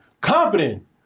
confident